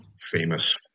famous